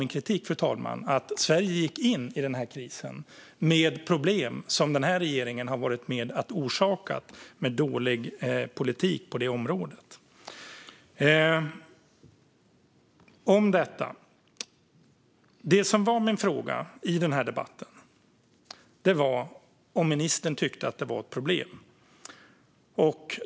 Min kritik var att Sverige gick in i denna kris med problem som denna regering har varit med om att orsaka genom dålig politik på detta område. Det som var min fråga i denna debatt var om ministern tyckte att detta var ett problem.